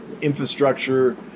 infrastructure